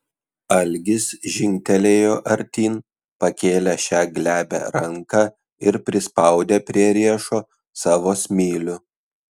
algis žingtelėjo artyn pakėlė šią glebią ranką ir prispaudė prie riešo savo smilių